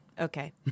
Okay